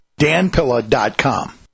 danpilla.com